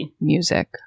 music